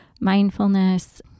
mindfulness